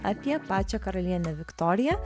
apie pačią karalienę viktoriją